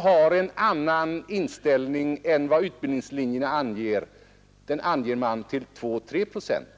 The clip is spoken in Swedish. har en annan inriktning än de allmänna utbildningslinjerna anger och vilka angivit sitt utbildningsmål fram till 120 poäng, två tre procent.